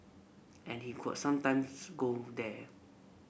and he could sometimes go there